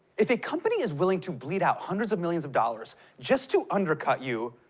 if a company is willing to bleed out hundreds of millions of dollars just to undercut you,